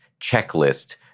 checklist